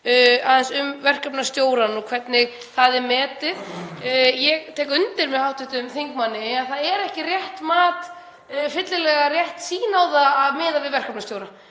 þ.e. um verkefnastjórana og hvernig það er metið. Ég tek undir með hv. þingmanni að það er ekki rétt mat eða fyllilega rétt sýn á það að miða við verkefnastjóra.